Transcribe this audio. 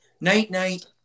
Night-night